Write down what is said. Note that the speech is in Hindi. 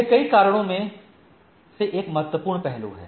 यह कई कारणों में से एक महत्वपूर्ण पहलू है